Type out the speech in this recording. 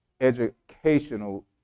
educational